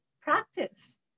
practice